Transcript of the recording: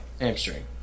Hamstring